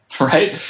right